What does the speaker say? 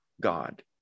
god